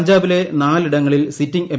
പഞ്ചാബിലെ നാല് ഇടങ്ങളിൽ സിറ്റിംഗ് എം